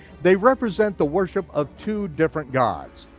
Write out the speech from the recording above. they represent the worship of two different gods.